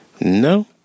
No